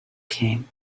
came